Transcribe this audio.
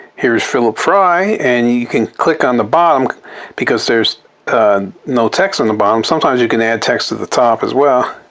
here's philip j. fry and you can click on the bottom because there's no text on the bottom. sometimes you can add text at the top as well.